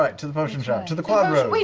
but to the potion shop. to the quadroads.